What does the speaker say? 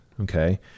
Okay